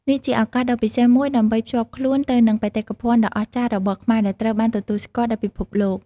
នេះជា ឱកាសដ៏ពិសេសមួយដើម្បីភ្ជាប់ខ្លួនទៅនឹងបេតិកភណ្ឌដ៏អស្ចារ្យរបស់ខ្មែរ ដែលត្រូវបានទទួលស្គាល់ដោយពិភពលោក។